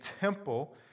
temple